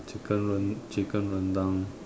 chicken ren~ chicken rendang